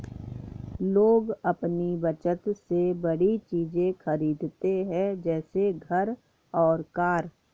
लोग अपनी बचत से बड़ी चीज़े खरीदते है जैसे घर और कार